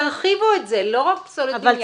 תרחיבו את זה, לא רק פסולת בניין.